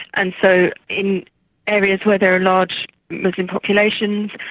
and so in areas where there are large muslim populations,